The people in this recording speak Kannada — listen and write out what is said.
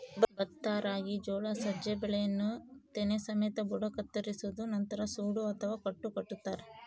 ಭತ್ತ ರಾಗಿ ಜೋಳ ಸಜ್ಜೆ ಬೆಳೆಯನ್ನು ತೆನೆ ಸಮೇತ ಬುಡ ಕತ್ತರಿಸೋದು ನಂತರ ಸೂಡು ಅಥವಾ ಕಟ್ಟು ಕಟ್ಟುತಾರ